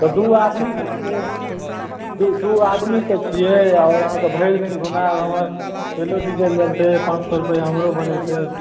से दुइ आदमी जे छै दुइ दुइ आदमी से छिए आओर अहाँके भरि दिन घुमाएब हमर तेलो डीजल जलतै पाँच परसेन्ट हमरो बनै छै